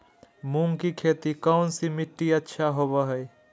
मूंग की खेती कौन सी मिट्टी अच्छा होबो हाय?